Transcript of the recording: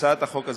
הצעת החוק הזאת,